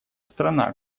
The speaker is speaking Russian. страна